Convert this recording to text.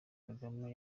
kagame